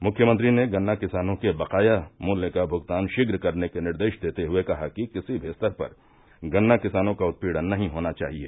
मुख्यमंत्री ने गन्ना किसानों के बकाया मूल्य का भुगतान शीघ्र करने के निर्देश देते हुए कहा कि किसी भी स्तर पर गन्ना किसानों का उत्पीड़न नहीं होना चाहिए